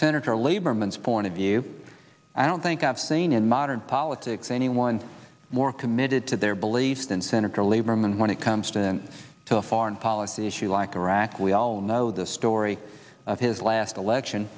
senator lieberman's point of view i don't think i've seen in modern politics anyone more committed to their beliefs than senator lieberman when it comes to to a foreign policy issue like iraq we all know the story of his last election